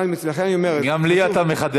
לכן אני אומר, זה חשוב, גם לי אתה מחדש.